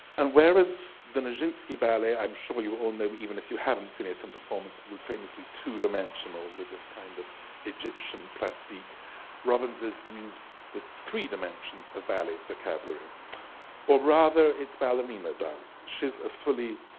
and whereas the nijinsky ballet i'm sure you all know even if you haven't seen it in performance was famously two-dimensional with this kind of egyptian plastique robbins used the three dimensions of ballet vocabulary or rather it's ballerina does she's a fully